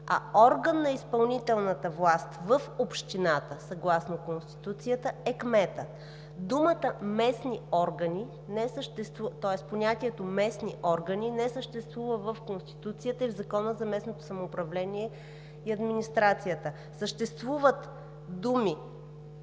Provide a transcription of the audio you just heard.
а орган на изпълнителната власт в общината съгласно Конституцията е кметът. Понятието „местни органи“ не съществува в Конституцията и в Закона за местното самоуправление и администрацията. Съществуват думи